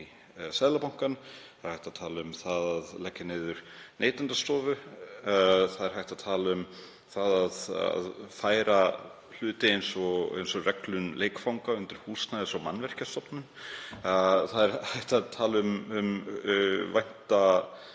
Það er hægt að tala um að leggja niður Neytendastofu. Það er hægt að tala um að færa hluti eins og reglun leikfanga undir Húsnæðis- og mannvirkjastofnun. Það er hægt að tala um væntanlega